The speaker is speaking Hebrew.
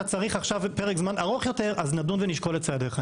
צריך עכשיו פרק זמן ארוך יותר אז נדון ונשקול את צעדיך.